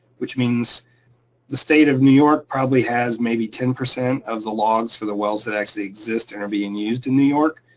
which means the state of new york probably has maybe ten percent of the logs for the wells that actually exist and are being used in new york.